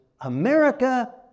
America